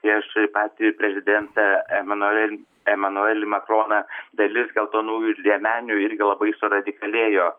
prieš patį prezidentą emanuelį emanuelį makroną dalis geltonųjų liemenių irgi labai suradikalėjo